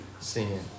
sin